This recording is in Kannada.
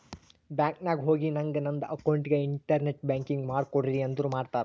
ಬ್ಯಾಂಕ್ ನಾಗ್ ಹೋಗಿ ನಂಗ್ ನಂದ ಅಕೌಂಟ್ಗ ಇಂಟರ್ನೆಟ್ ಬ್ಯಾಂಕಿಂಗ್ ಮಾಡ್ ಕೊಡ್ರಿ ಅಂದುರ್ ಮಾಡ್ತಾರ್